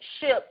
ship